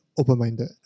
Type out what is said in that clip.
open-minded